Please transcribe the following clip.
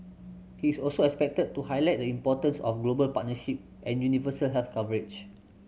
he is also expected to highlight the importance of global partnership and universal health coverage